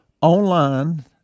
online